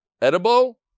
edible